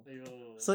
!aiyo!